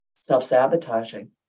self-sabotaging